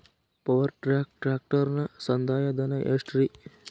Power track ಟ್ರ್ಯಾಕ್ಟರನ ಸಂದಾಯ ಧನ ಎಷ್ಟ್ ರಿ?